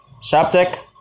septic